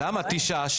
מי נמנע?